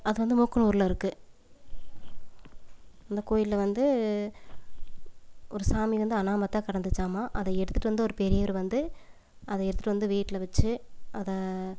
அது வந்து மூக்கனூரில் இருக்குது அந்த கோவில் வந்து ஒரு சாமி வந்து அனாமத்தாக கிடந்துச்சாமா அதை எடுத்துட்டு வந்து ஒரு பெரியவர் வந்து அதை எடுத்துட்டு வந்து வீட்டில் வெச்சு அதை